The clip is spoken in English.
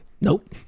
Nope